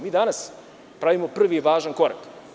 Mi danas pravimo prvi važan korak.